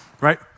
Right